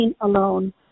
Alone